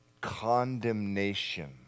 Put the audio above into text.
Condemnation